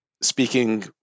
speaking